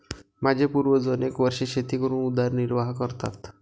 माझे पूर्वज अनेक वर्षे शेती करून उदरनिर्वाह करतात